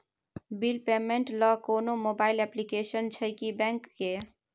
Bill payment ल कोनो mobile application छै की बैंक के?